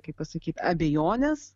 kaip pasakyt abejonės